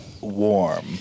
warm